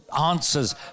answers